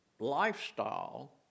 lifestyle